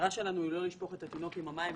המטרה שלנו היא לא לשפוך את התינוק עם המים,